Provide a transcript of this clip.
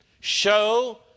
Show